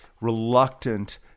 reluctant